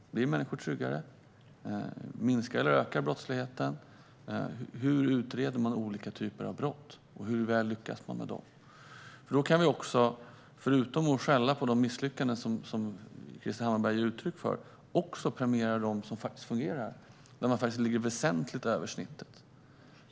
Blir människor tryggare? Minskar eller ökar brottsligheten? Hur utreder man olika typer av brott? Hur väl lyckas man med det? Då kan vi också, förutom att skälla på dem som misslyckas på det sätt som Krister Hammarbergh redogör för, premiera det som fungerar och dem som ligger väsentligt över snittet.